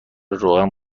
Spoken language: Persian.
روغن